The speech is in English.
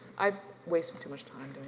i wasted too much time